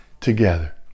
together